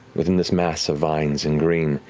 within this mass of vines and green,